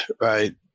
right